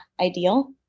ideal